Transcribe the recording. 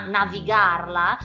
navigarla